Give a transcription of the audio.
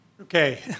Okay